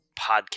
podcast